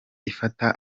ifata